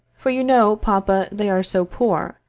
for you know, papa, they are so poor,